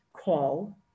Call